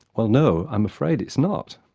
well, no, i'm afraid it's not.